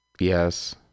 Yes